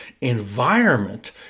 environment